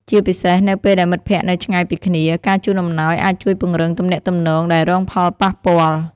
ជាពិសេស នៅពេលដែលមិត្តភក្តិនៅឆ្ងាយពីគ្នា ការជូនអំណោយអាចជួយពង្រឹងទំនាក់ទំនងដែលរងផលប៉ះពាល់។